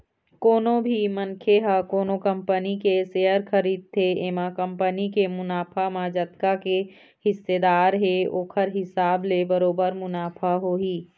कोनो भी मनखे ह कोनो कंपनी के सेयर खरीदथे एमा कंपनी के मुनाफा म जतका के हिस्सादार हे ओखर हिसाब ले बरोबर मुनाफा होही